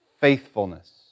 faithfulness